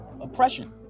oppression